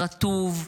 רטוב,